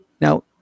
Now